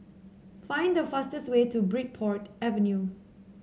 find the fastest way to Bridport Avenue